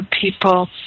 people